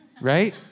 Right